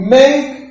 make